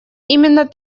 именно